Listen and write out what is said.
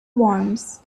worms